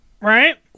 right